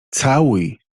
całuj